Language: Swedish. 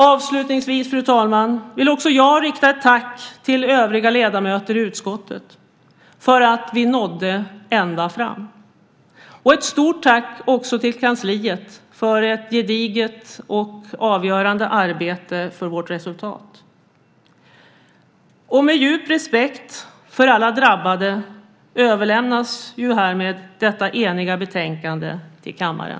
Avslutningsvis, fru talman, vill också jag rikta ett tack till övriga ledamöter i utskottet för att vi nådde ända fram, ett stort tack också till kansliet för ett gediget och avgörande arbete för vårt resultat. Med djup respekt för alla drabbade överlämnas härmed detta eniga betänkande till kammaren.